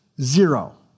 zero